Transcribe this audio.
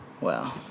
Wow